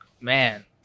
man